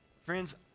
Friends